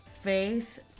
Face